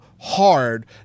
hard